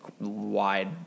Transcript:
wide